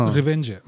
Revenge